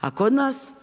A kod nas,